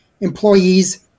employees